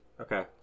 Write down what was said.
Okay